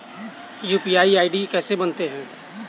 UPI ID कैसे बनाते हैं?